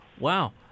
Wow